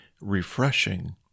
refreshing